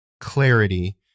clarity